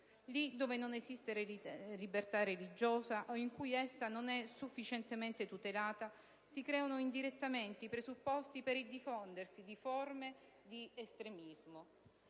Lì dove non esiste libertà religiosa, o in cui essa non è sufficientemente tutelata, si creano indirettamente i presupposti per il diffondersi di forme di estremismo.